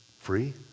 free